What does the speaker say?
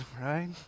right